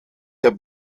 der